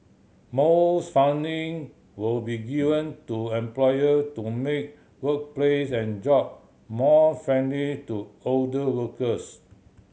more funding will be given to employer to make workplace and job more friendly to older workers